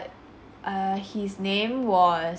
uh his name was